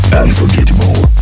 unforgettable